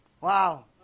Wow